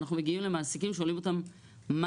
אנחנו מגיעים למעסיקים ושואלים אותם "מה